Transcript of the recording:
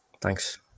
Thanks